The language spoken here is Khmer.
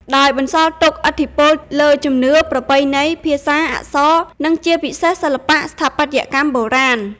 ដោយបន្សល់ទុកឥទ្ធិពលលើជំនឿ ប្រពៃណី ភាសា អក្សរ និងជាពិសេសសិល្បៈស្ថាបត្យកម្មបុរាណ។